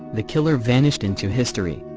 the killer vanished into history.